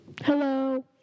Hello